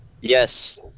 Yes